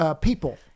People